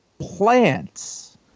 plants